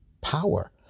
power